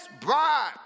bride